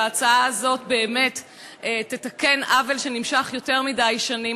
וההצעה הזאת באמת תתקן עוול שנמשך יותר מדי שנים.